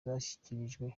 zashyikirijwe